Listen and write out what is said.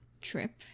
Trip